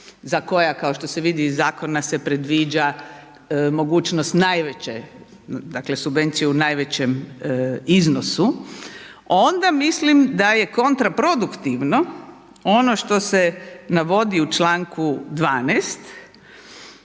za koja kao što se vidi iz zakona se predviđa mogućnost najveće subvencije u najvećem iznosu, onda mislim da je kontraproduktivno ono što se navodi u članku 12.